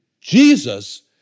Jesus